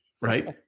right